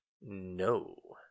No